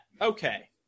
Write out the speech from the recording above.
Okay